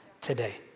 today